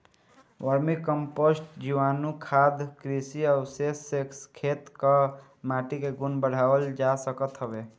vermi compost, जीवाणुखाद, कृषि अवशेष से खेत कअ माटी के गुण बढ़ावल जा सकत हवे